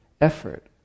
effort